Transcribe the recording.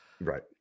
right